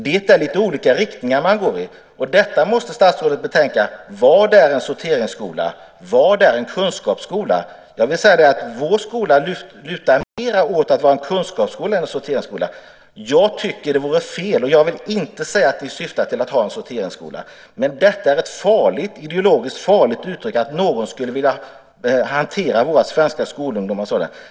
Det är lite olika riktningar man går i. Detta måste statsrådet betänka. Vad är en sorteringsskola? Vad är en kunskapsskola? Vår skola lutar mer åt att vara en kunskapsskola än åt att vara en sorteringsskola. Jag tycker att det vore fel och vill inte säga att vi syftar till att ha en sorteringsskola. Det är ideologiskt farligt att uttrycka att någon skulle vilja hantera svenska skolungdomar så.